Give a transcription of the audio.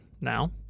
now